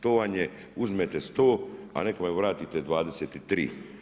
To vam je, uzmete 100 a nekome vratite 23.